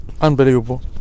Unbelievable